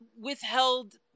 withheld